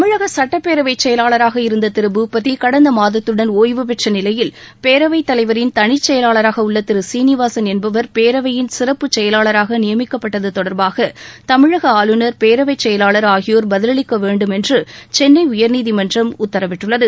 தமிழக சுட்டப்பேரவை செயலாளராக இருந்த திரு பூபதி கடந்த மாதத்துடன் ஒய்வுபெற்ற நிலையில் பேரவைத் தலைவரின் தளிச்செயலாளராக உள்ள திரு சீனிவாசன் என்பவர் பேரவையின் சிறப்பு செயலாளராக நியமிக்கப்பட்டது தொடா்பாக தமிழக ஆளுநா் பேரவை செயலாளா் ஆகியோா் பதிலளிக்க வேண்டும் என்று சென்னை உயர்நீதிமன்றம் உத்தரவிட்டுள்ளது